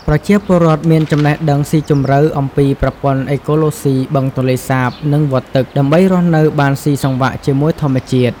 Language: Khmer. ប្រជាពលរដ្ឋមានចំណេះដឹងស៊ីជម្រៅអំពីប្រព័ន្ធអេកូឡូស៊ីបឹងទន្លេសាប និងវដ្តទឹក ដើម្បីរស់នៅបានស៊ីសង្វាក់ជាមួយធម្មជាតិ។